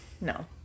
No